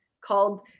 called